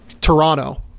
toronto